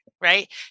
right